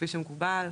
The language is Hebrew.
כפי שמקובל.